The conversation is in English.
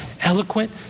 eloquent